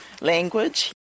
language